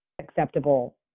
acceptable